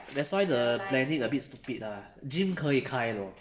that's why the planning a bit stupid ah gym 可以开 [wor]